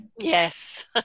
yes